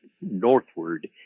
northward